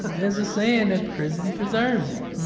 there's a saying that prison preserves you.